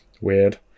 Weird